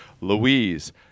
louise